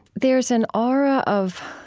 there's an aura of,